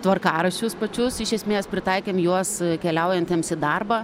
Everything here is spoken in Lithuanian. tvarkaraščius pačius iš esmės pritaikėm juos keliaujantiems į darbą